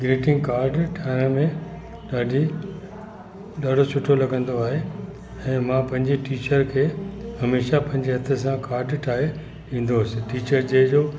greeting card ठाहिण में ॾाढी ॾाढो सुठो लॻंदो आहे ऐं मां पंहिंजी टीचर खे हमेशह पंहिंजे हथ सां काड ठाहे ॾींदो हुअसि टीचर जे जो